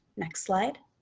next slide.